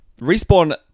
Respawn